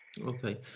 okay